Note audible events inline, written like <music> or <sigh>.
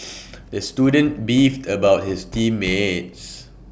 <noise> the student beefed about his team mates